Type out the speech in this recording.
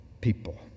people